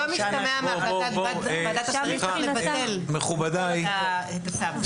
לא משתמע מהחלטת ועדת השרים שצריך לבטל את הצו.